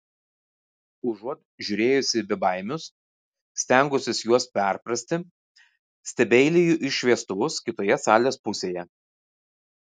užuot žiūrėjusi į bebaimius stengusis juos perprasti stebeiliju į šviestuvus kitoje salės pusėje